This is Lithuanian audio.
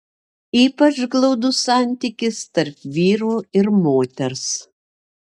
ypač glaudus santykis tarp vyro ir moters